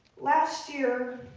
last year